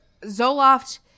Zoloft